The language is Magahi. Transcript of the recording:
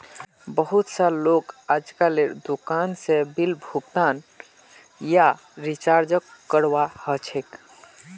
बहुत स लोग अजकालेर दुकान स बिल भुगतान या रीचार्जक करवा ह छेक